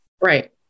Right